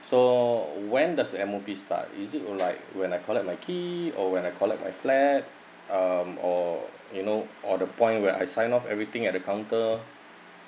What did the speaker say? so when does M_O_P start is it like when I collect my key or when I collect my flat um or you know or the point where I signed off everything at the counter